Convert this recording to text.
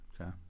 Okay